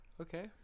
Okay